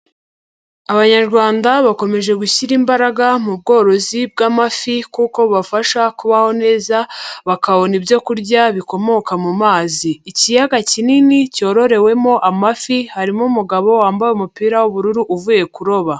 Abanyarwanda bakomeje gushyira imbaraga mu bworozi bw'amafi kuko bubafasha kubaho neza bakabona ibyokurya bikomoka mu mazi. Ikiyaga kinini cyororewemo amafi harimo umugabo wambaye umupira w'ubururu uvuye kuroba.